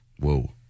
Whoa